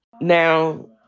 now